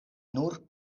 nur